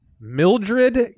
Mildred